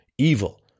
evil